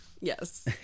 yes